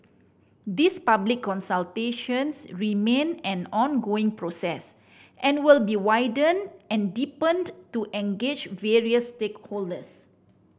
these public consultations remain an ongoing process and will be widened and deepened to engage various stakeholders